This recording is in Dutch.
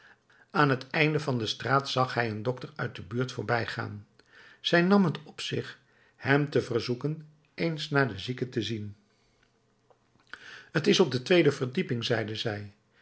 aan het einde van de straat zag zij een dokter uit de buurt voorbijgaan zij nam t op zich hem te verzoeken eens naar den zieke te zien t is op de tweede verdieping zeide zij